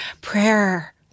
prayer